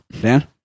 Dan